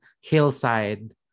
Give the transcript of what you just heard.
hillside